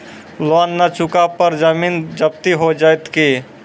Loan न चुका पर जमीन जब्ती हो जैत की?